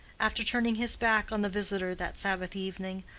after turning his back on the visitor that sabbath evening,